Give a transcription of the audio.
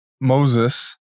Moses